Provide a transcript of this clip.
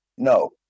No